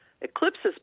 eclipses